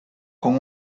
con